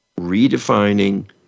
redefining